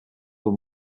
were